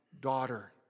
daughter